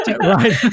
right